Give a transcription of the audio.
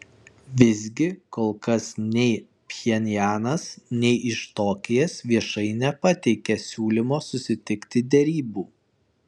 visgi kol kas nei pchenjanas nei iš tokijas viešai nepateikė siūlymo susitikti derybų